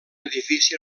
edifici